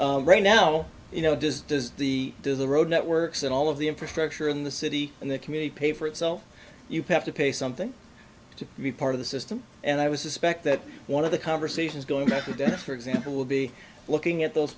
if right now you know does does the does the road networks and all of the infrastructure in the city and the community pay for it so you have to pay something to be part of the system and i was suspect that one of the conversations going back today for example will be looking at those